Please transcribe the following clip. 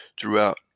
throughout